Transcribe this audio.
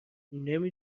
نمی